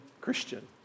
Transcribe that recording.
Christian